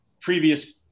previous